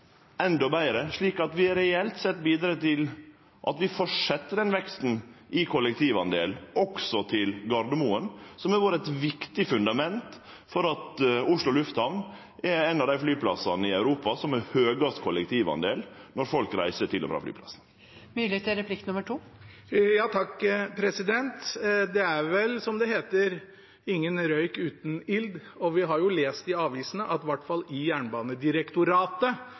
endå betre, slik at vi reelt sett bidreg til å halde fram med veksten i kollektivtrafikken, også til Gardermoen. Det har vore eit viktig fundament for at Oslo lufthavn er ein av dei flyplassane i Europa som har høgst kollektivbruk når folk reiser til og frå flyplassen. Det er vel, som det heter, ingen røyk uten ild. Vi har lest i avisene at i hvert fall i Jernbanedirektoratet,